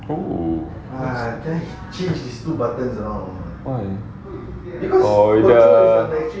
oo why oh